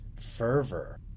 fervor